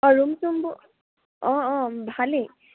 অঁ ৰুম চুমবোৰ অঁ অঁ ভালেই